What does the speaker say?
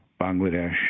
Bangladesh